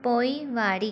पोइवारी